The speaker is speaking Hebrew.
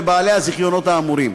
לבעלי הזיכיונות האמורים.